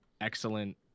excellent